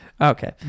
Okay